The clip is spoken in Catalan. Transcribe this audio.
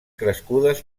crescudes